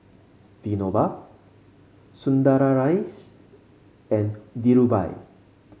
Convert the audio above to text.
Vinoba Sundaraiah and Dhirubhai